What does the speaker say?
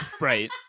Right